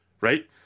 Right